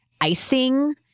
icing